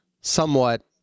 somewhat